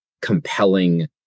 compelling